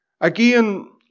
again